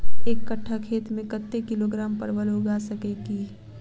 एक कट्ठा खेत मे कत्ते किलोग्राम परवल उगा सकय की??